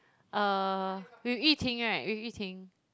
<(uh) with Yu-Ting right with Yu-Ting